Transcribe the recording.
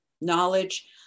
knowledge